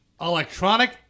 Electronic